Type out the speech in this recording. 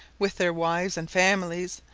with their wives and families,